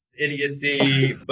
idiocy